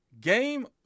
Game